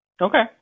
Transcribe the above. Okay